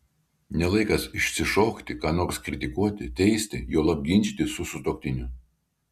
ne laikas išsišokti ką nors kritikuoti teisti juolab ginčytis su sutuoktiniu